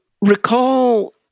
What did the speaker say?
recall